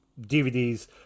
DVDs